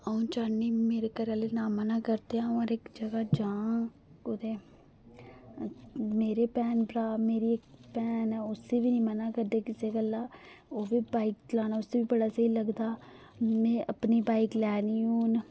अ'ऊं चाह्न्नीं मेरे घरे आह्ले नां मना करन ते अ'ऊं हर इक जगह जाह्ङ कुतै मेरे भैन भ्रा कुतै मेरी भैन गी नेईं मना करदे किसै गल्ला ओ ह्बी बाइक चलाना उसी बी बड़ा स्हेई लगदा में अपनी बाइक लैनी हून